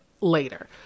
later